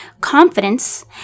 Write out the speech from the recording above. confidence